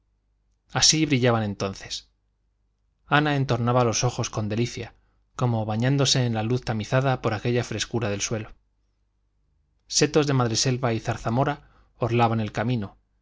así brillaban entonces ana entornaba los ojos con delicia como bañándose en la luz tamizada por aquella frescura del suelo setos de madreselva y zarzamora orlaban el camino